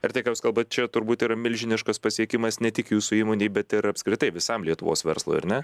ir tai ką jūs kalbat čia turbūt yra milžiniškas pasiekimas ne tik jūsų įmonei bet ir apskritai visam lietuvos verslui ar ne